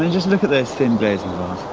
and just look at those thin glazing